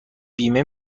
بیمه